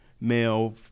male